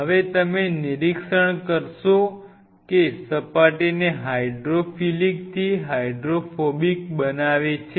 હવે તમે નિરીક્ષણ કરશો કે સપાટીને હાઇડ્રોફિલિકથી હાઇડ્રોફોબીક બનાવે છે